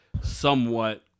somewhat